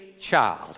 child